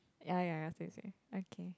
ya ya ya same same okay